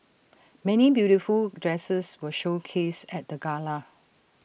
many beautiful dresses were showcased at the gala